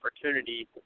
opportunity